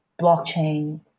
blockchain